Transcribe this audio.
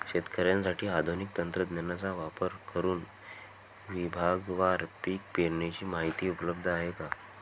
शेतकऱ्यांसाठी आधुनिक तंत्रज्ञानाचा वापर करुन विभागवार पीक पेरणीची माहिती उपलब्ध आहे का?